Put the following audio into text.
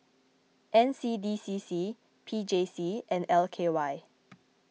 N C D C C P J C and L K Y